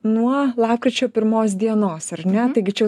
nuo lapkričio pirmos dienos ar ne taigi čia